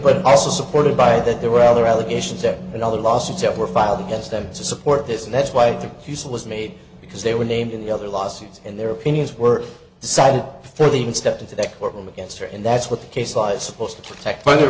but also supported by that there were other allegations that and other lawsuits that were filed against them to support this and that's why the use of was made because they were named in the other lawsuits and their opinions were cited for the even stepped into that courtroom against her and that's what the case is supposed to protect b